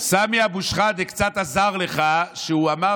סמי אבו שחאדה קצת עזר לך כשהוא אמר